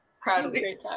Proudly